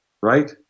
right